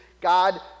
God